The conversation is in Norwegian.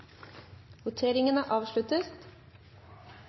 voteringa.